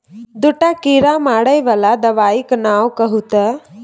दूटा कीड़ा मारय बला दबाइक नाओ कहू तए